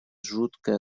жуткое